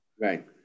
Right